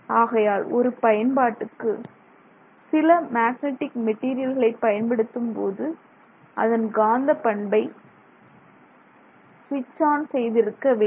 ஆகையால் ஒரு பயன்பாட்டுக்கு சில மேக்னெட்டிக் மெட்டீரியல்களை பயன்படுத்தும்போது அதன் காந்த பண்பை ஸ்விட்ச் ஆன் செய்து இருக்க வேண்டும்